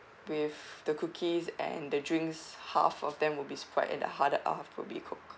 with the cookies and the drinks half of them will be sprite and the other half will be coke